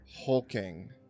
Hulking